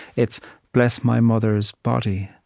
it's bless my mother's body.